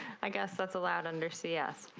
i guess that's allowed under cs